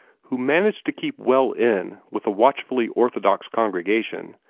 who managed to keep well in with a watchfully orthodox congregation,